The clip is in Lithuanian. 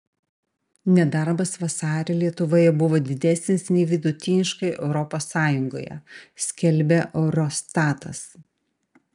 nedarbas vasarį lietuvoje buvo didesnis nei vidutiniškai europos sąjungoje skelbia eurostatas